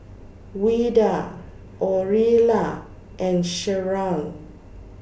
Ouida Orilla and Sherron